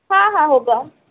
हाँ हाँ होगा